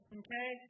okay